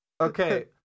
Okay